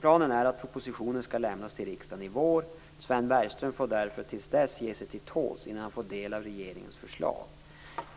Planen är att propositionen skall lämnas till riksdagen i vår. Sven Bergström får därför till dess ge sig till tåls innan han får del av regeringens förslag.